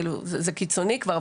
כאילו זה קיצוני כבר,